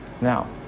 Now